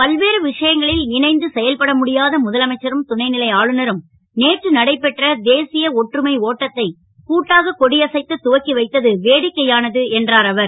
பல்வேறு விஷயங்களில் இணைந்து செயல்பட முடியாத முதலமைச்சரும் துணை லை ஆளுநரும் நேற்று நடைபெற்ற தேசிய ஒற்றுமை ஓட்டத்தை கூட்டாக கொடியசைத்து துவக்கி வைத்தது வேடிக்கையானது என்றார் அவர்